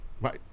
Right